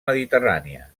mediterrània